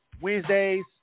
Wednesdays